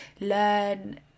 learn